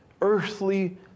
earthly